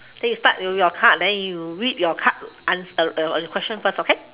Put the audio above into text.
then you start with your card then you read your card ans~ question first okay